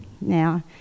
now